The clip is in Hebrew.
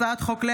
הצעת חוק-יסוד: